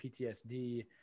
PTSD